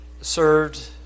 served